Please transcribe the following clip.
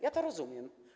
Ja to rozumiem.